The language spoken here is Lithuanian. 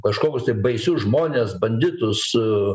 kažkokius tai baisius žmones banditus